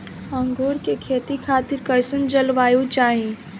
अंगूर के खेती खातिर कइसन जलवायु चाही?